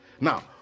Now